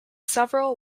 several